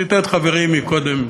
עשית קודם,